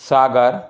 सागर